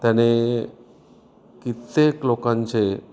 त्याने कित्येक लोकांचे